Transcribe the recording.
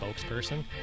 spokesperson